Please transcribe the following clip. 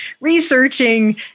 researching